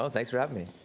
um thanks for having me!